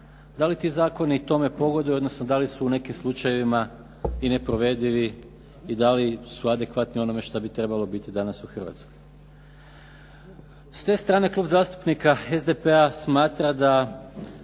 da li ti zakoni tome pogoduju, odnosno da li su u nekim slučajevima i neprovedivi i da li su adekvatni onome što bi trebalo biti danas u Hrvatskoj. S te strane Klub zastupnika SDP-a smatra da